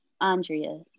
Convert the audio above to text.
Andrea